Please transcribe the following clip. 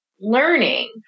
learning